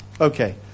Okay